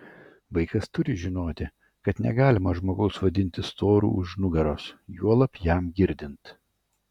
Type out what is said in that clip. vaikas turi žinoti kad negalima žmogaus vadinti storu už nugaros juolab jam girdint